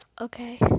Okay